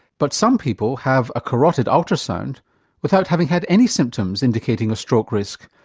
but some people have a carotid ultrasound without having had any symptoms indicating a stroke risk.